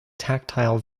tactile